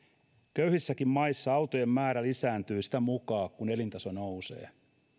köyhissäkin maissa autojen määrä lisääntyy sitä mukaa kun elintaso nousee